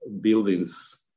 buildings